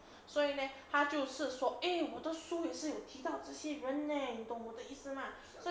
所以 leh 他就说 eh 我的书也是有提到这些人 leh 你懂我的意思吗